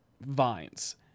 vines